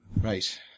Right